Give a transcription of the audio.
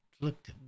looked